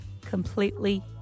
completely